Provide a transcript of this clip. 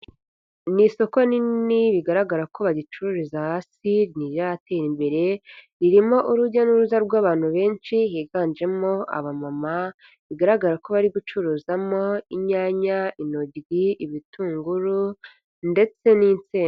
Ni isoko nini bigaragara ko bagicururiza hasi ntiratera imbere, irimo urujya n'uruza rw'abantu benshi higanjemo abamama bigaragara ko bari gucuruzamo inyanya, intoryi, ibitunguru ndetse n'inse.